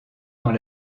dans